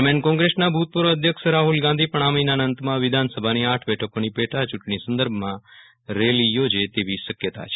દરમિયાન કોંગ્રેસના ભૂતપૂર્વ અધ્યક્ષ રાહુલ ગાંધી પણ આ મહિનાના અંતમાં વિધાનસભાની આઠ બેઠકોની પેટા ચૂંટણી સંદર્ભમાં રેલી યોજે તેવી શક્યતા છે